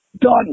Done